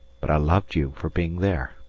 but i loved you for being there